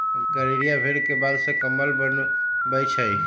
गड़ेरिया भेड़ के बाल से कम्बल बनबई छई